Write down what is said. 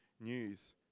news